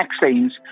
vaccines